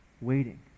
waiting